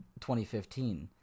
2015